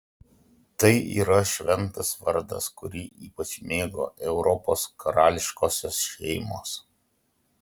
tai yra šventas vardas kurį ypač mėgo europos karališkosios šeimos